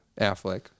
Affleck